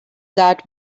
that